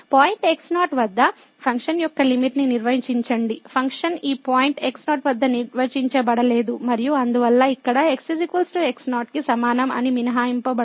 point x0 వద్ద function యొక్క limit ని నిర్వచించండి ఫంక్షన్ ఈ పాయింట్ x0 వద్ద నిర్వచించబడలేదు మరియు అందువల్ల ఇక్కడ x x0 కి సమానం అని మినహాయించబడుతుంది